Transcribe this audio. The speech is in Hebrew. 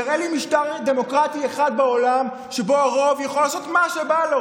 תראה לי משטר דמוקרטי אחד בעולם שבו הרוב יכול לעשות מה שבא לו,